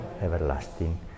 everlasting